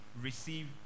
receive